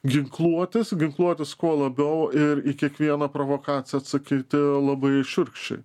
ginkluotis ginkluotis kuo labiau ir į kiekvieną provokaciją atsakyti labai šiurkščiai